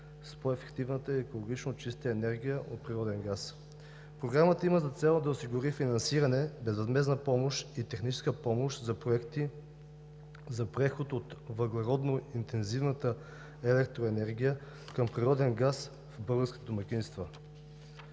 с по-ефективната екологично чиста енергия от природен газ. Програмата има за цел да осигури финансиране, безвъзмездна помощ и техническа помощ за проекти за преход от въглеродно-интензивната електроенергия към природен газ в българските домакинства.